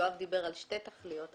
יואב דיבר על שתי תכליות.